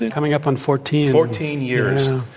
and coming up on fourteen. fourteen years.